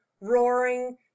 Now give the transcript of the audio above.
roaring